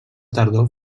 tardor